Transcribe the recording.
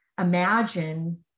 imagine